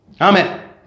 Amen